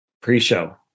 pre-show